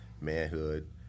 manhood